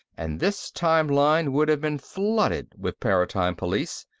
and this time-line would have been flooded with paratime police.